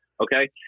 Okay